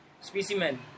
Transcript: Specimen